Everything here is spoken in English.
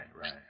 right